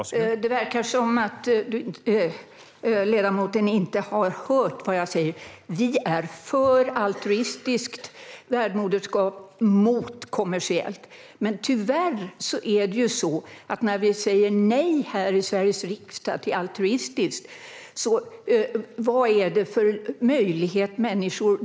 Herr talman! Det verkar som att ledamoten inte har hört vad jag säger. Vi är för altruistiskt värdmoderskap men mot kommersiellt. Vad är det då för möjlighet människor har när vi säger nej här i Sveriges riksdag till altruistiskt värdmoderskap?